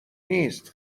نیست